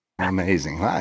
Amazing